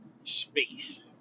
space